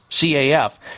CAF